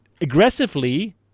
aggressively